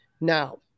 Now